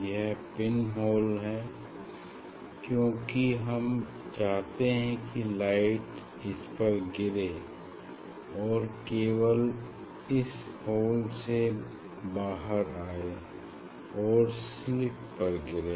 यह pin hole हैं क्यूंकि हम चाहते हैं की लाइट इसपर गिरे और केवल इस होल से बाहर आए और स्लिट पर गिरे